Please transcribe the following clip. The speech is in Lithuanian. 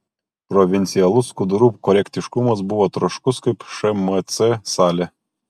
provincialus skudurų korektiškumas buvo troškus kaip šmc salė